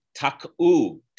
tak'u